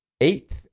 eighth